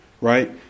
Right